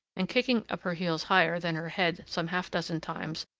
and, kicking up her heels higher than her head some half-dozen times,